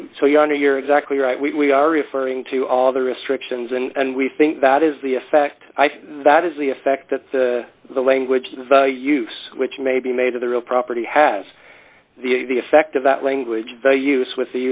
so so your honor you're exactly right we are referring to all the restrictions and we think that is the effect that is the effect that the language values which may be made of the real property has the effect of that language very use with